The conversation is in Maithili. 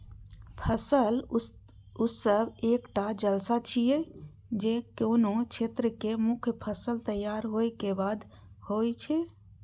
फसल उत्सव एकटा जलसा छियै, जे कोनो क्षेत्रक मुख्य फसल तैयार होय के बाद होइ छै